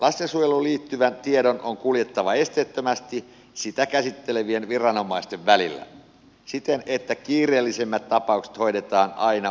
lastensuojeluun liittyvän tiedon on kuljettava esteettömästi sitä käsittelevien viranomaisten välillä siten että kiireellisimmät tapaukset hoidetaan aina ensimmäisenä